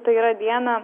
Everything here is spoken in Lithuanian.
tai yra dieną